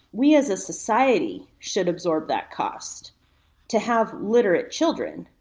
we as a society, should absorb that cost to have literate children.